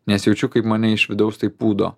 nes jaučiu kaip mane iš vidaus tai pūdo